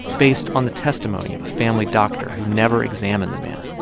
based on the testimony of a family doctor who never examined the man.